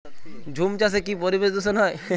ঝুম চাষে কি পরিবেশ দূষন হয়?